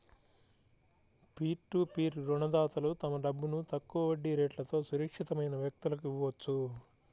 peer to peer రుణదాతలు తమ డబ్బును తక్కువ వడ్డీ రేట్లతో సురక్షితమైన వ్యక్తులకు ఇవ్వొచ్చు